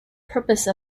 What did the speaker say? purpose